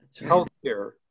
healthcare